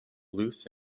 luce